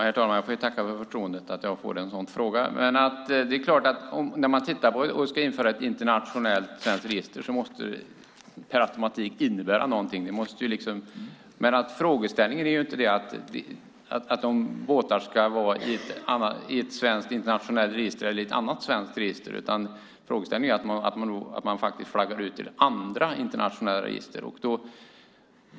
Herr talman! Jag får tacka för förtroendet att få den frågan. När man ska införa ett internationellt eller ett svenskt register måste det per automatik innebära någonting. Frågan är inte om båtarna ska vara i ett svenskt eller ett internationellt register, utan frågan är att man flaggar ut till andra internationella register.